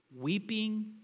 weeping